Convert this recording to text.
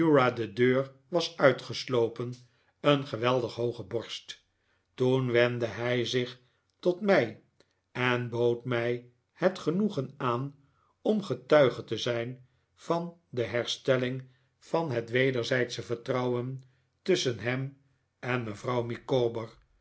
de deur was uitgeslopen een geweldig hooge borst toen wendde hij zich tot mij en bood mij het genoegen aan om getuige te zijn van de herstelling van het wederzijdsche vertrouwen tusschen hem en mevrouw micawber